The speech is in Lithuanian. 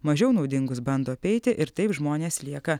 mažiau naudingus bando apeiti ir taip žmonės lieka